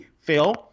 Phil